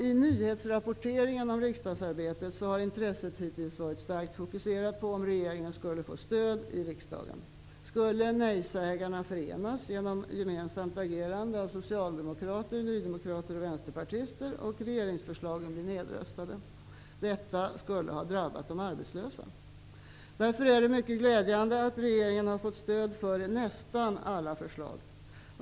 I nyhetrapporteringen om riksdagsarbetet har intresset hittills varit starkt fokuserat på om regeringen skulle få stöd i riksdagen. Skulle nej-sägarna förenas genom gemensamt agerande av socialdemokrater, nydemokrater och vänsterpartister och regeringsförslagen bli nedröstade? Detta skulle ha drabbat de arbetslösa. Därför är det mycket glädjande att regeringen har fått stöd för nästan alla förslag.